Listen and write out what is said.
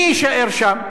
מי יישאר שם?